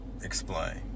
Explain